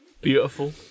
Beautiful